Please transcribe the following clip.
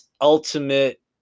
ultimate